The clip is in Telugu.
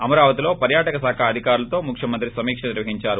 అమరావతిలో పర్యాటక శాఖ అధికారులతో ముఖ్యమంత్రి సమిక్ష నిర్వహించారు